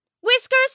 Whiskers